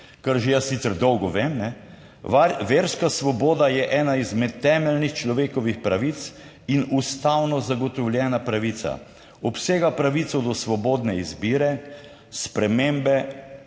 kar že jaz sicer dolgo vem, verska svoboda je ena izmed temeljnih človekovih pravic in ustavno zagotovljena pravica, obsega pravico do svobodne izbire spremembe